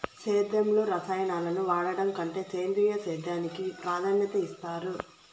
సేద్యంలో రసాయనాలను వాడడం కంటే సేంద్రియ సేద్యానికి ప్రాధాన్యత ఇస్తారు